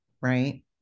Right